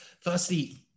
firstly